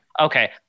okay